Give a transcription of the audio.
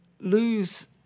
lose